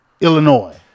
Illinois